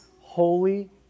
holy